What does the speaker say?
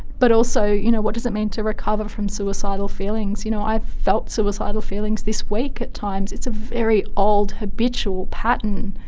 but also you know what does it mean to recover from suicidal feelings. you know i've felt suicidal feelings this week at times, it's a very old, habitual pattern.